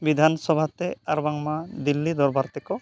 ᱵᱤᱫᱷᱟᱱ ᱥᱚᱵᱷᱟᱛᱮ ᱟᱨ ᱵᱟᱝᱢᱟ ᱫᱤᱞᱞᱤ ᱫᱚᱨᱵᱟᱨ ᱛᱮᱠᱚ